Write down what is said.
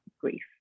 grief